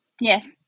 Yes